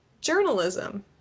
Journalism